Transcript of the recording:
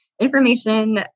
information